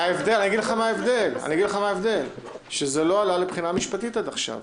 ההבדל הוא שזה לא עלה לבחינה משפטית עד עכשיו.